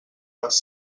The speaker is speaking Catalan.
les